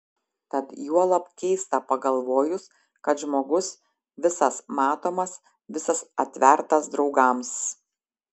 tad juolab keista pagalvojus kad žmogus visas matomas visas atvertas draugams